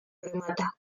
remata